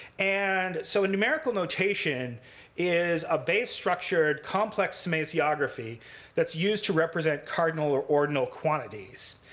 and so in numerical notation is a base-structured complex semasiography that's used to represent cardinal or ordinal quantities.